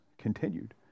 continued